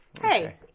Hey